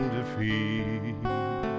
defeat